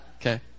Okay